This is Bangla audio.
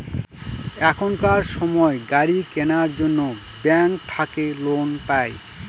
এখনকার সময় গাড়ি কেনার জন্য ব্যাঙ্ক থাকে লোন পাই